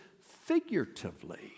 figuratively